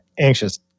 anxious